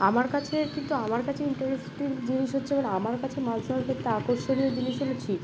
আমার কাছে কিন্তু আমার কাছে ইন্টারেস্টিং জিনিস হচ্ছে মানে আমার কাছে মাছ ধরার ক্ষেত্রে আকর্ষণীয় জিনিস হলো ছিপ